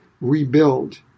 rebuild